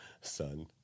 son